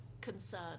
concern